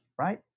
right